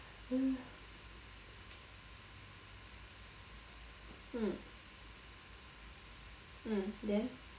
mm mm then